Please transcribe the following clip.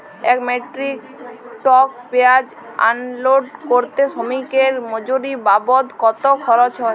এক metric ton পেঁয়াজ unload করতে শ্রমিকের মজুরি বাবদ কত খরচ হয়?